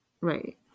Right